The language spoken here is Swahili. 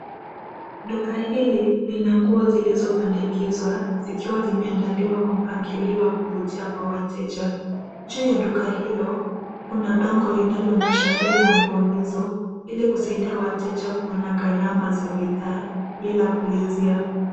Duka hili lina nguo zilizobandikizwa zikiwa zimeandaliwa kwa mpangilio wa kuvutia kwa wateja. Nje ya duka hilo kuna bango linaloonyesha bei za nguo hizo ili kusaidia wateja kuona gharama za bidhaa bila kuulizia.